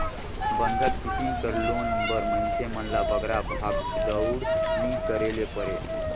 बंधक किसिम कर लोन बर मइनसे मन ल बगरा भागदउड़ नी करे ले परे